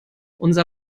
unser